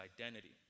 identity